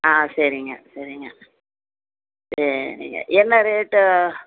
ஆ சரிங்க சரிங்க சரிங்க என்ன ரேட்